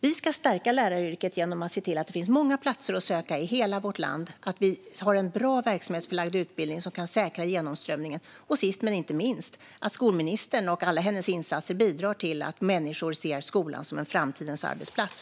Vi ska stärka läraryrket genom att se till att det finns många platser att söka i hela vårt land, att vi har en bra arbetsplatsförlagd utbildning som kan säkra genomströmningen och sist men inte minst att skolministern och alla hennes insatser bidrar till att människor ser skolan som en framtidens arbetsplats.